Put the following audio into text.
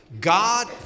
God